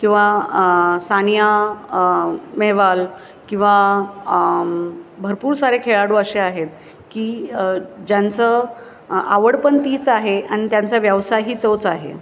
किंवा सानिया नेहवाल किंवा भरपूर सारे खेळाडू असे आहेत की ज्यांचं आवड पण तीच आहे आणि त्यांचा व्यवसायही तोच आहे